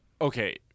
okay